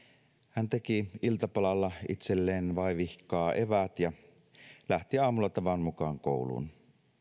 hän teki iltapalalla itselleen vaivihkaa eväät ja lähti aamulla tavan mukaan kouluun